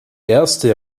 erste